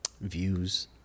views